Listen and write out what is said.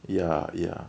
ya ya